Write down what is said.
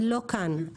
לא כאן.